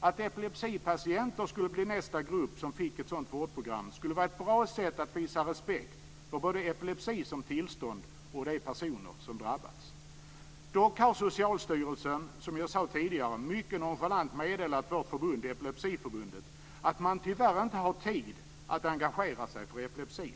Att epilepsipatienter skulle bli nästa grupp som fick ett sådant vårdprogram skulle vara ett bra sätt att visa respekt för både epilepsi som tillstånd och för de personer som drabbats. Dock har Socialstyrelsen, som jag sade tidigare, mycket nonchalant meddelat vårt förbund, Epilepsiförbundet, att man tyvärr inte har tid att engagera sig för epilepsin.